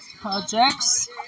projects